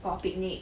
for picnic